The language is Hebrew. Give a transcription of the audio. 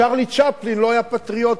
צ'רלי צ'פלין לא היה פטריוט,